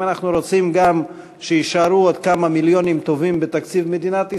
אם אנחנו רוצים גם שיישארו עוד כמה מיליונים טובים בתקציב מדינת ישראל,